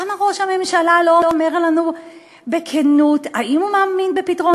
למה ראש הממשלה לא אומר לנו בכנות אם הוא מאמין בפתרון